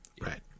right